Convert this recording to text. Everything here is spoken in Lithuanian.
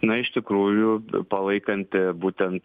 na iš tikrųjų palaikant būtent